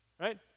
right